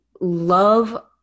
love